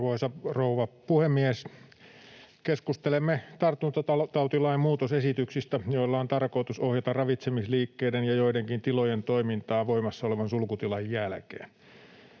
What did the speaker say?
Arvoisa rouva puhemies! Keskustelemme tartuntatautilain muutosesityksistä, joilla on tarkoitus ohjata ravitsemisliikkeiden ja joidenkin tilojen toimintaa voimassa olevan sulkutilan jälkeen.